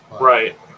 Right